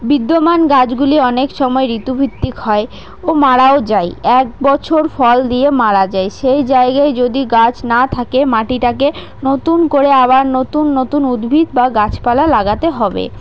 বিদ্যমান গাছগুলি অনেক সময় ঋতুভিত্তিক হয় ও মারাও যায় একবছর ফল দিয়ে মারা যায় সেই জায়গায় যদি গাছ না থাকে মাটিটাকে নতুন করে আবার নতুন নতুন উদ্ভিদ বা গাছপালা লাগাতে হবে